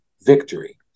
victory